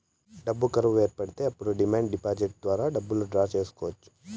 డబ్బు కరువు ఏర్పడితే అప్పుడు డిమాండ్ డిపాజిట్ ద్వారా డబ్బులు డ్రా చేసుకోవచ్చు